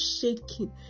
shaking